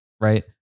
right